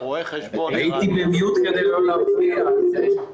הייתי בהשתקה כדי לא להפריע.